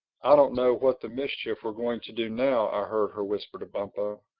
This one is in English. i don't know what the mischief we're going to do now, i heard her whisper to bumpo.